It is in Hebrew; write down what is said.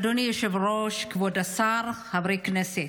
אדוני היושב-ראש, כבוד השר, חברי הכנסת,